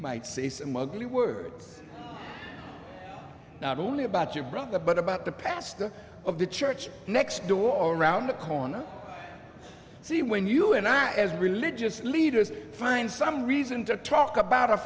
might say some ugly words not only about your brother but about the pastor of the church next door around the corner so when you and as religious leaders find some reason to talk about a